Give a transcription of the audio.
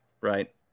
right